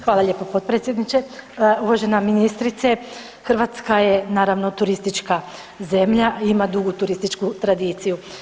Hvala lijepo potpredsjedniče Uvažena ministrice, Hrvatska je naravno turistička zemlja i ima dugu turističku tradiciju.